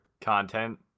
content